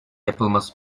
yapılması